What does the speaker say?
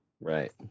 Right